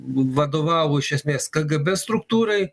vadovavo iš esmės kgb struktūrai